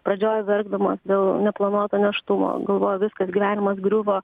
pradžioj verkdamos dėl neplanuoto nėštumo galvoja viskas gyvenimas griuvo